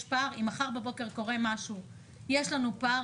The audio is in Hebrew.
אם מחר בבוקר קורה משהו יש לנו פער.